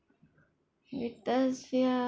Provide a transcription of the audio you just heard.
greatest fear